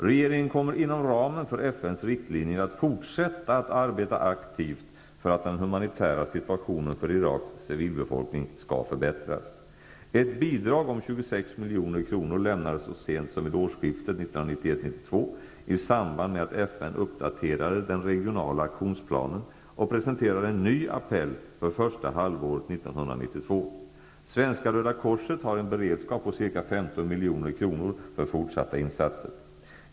Regeringen kommer inom ramen för FN:s riktlinjer att fortsätta att arbeta aktivt för att den humanitära situationen för Iraks civilbefolkning skall förbättras. Ett bidrag om 26 milj.kr. lämnades så sent som vid årsskiftet 1991 1992 i samband med att FN uppdaterade den regionala aktionsplanen och presenterade en ny appell för första halvåret 1992. Svenska röda korset har en beredskap på ca 15 milj.kr. för fortsatta insatser.